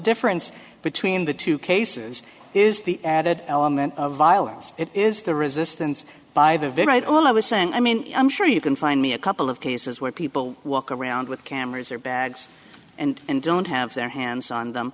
difference between the two cases is the added element of violence is the resistance by the very all i was saying i mean i'm sure you can find me a couple of cases where people walk around with cameras or bags and don't have their hands on them